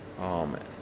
Amen